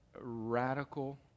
radical